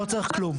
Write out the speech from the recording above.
לא צריך כלום.